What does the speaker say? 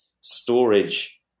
storage